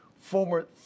former